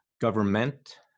government